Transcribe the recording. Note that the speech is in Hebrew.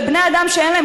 לבני אדם,